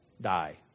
die